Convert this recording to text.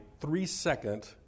three-second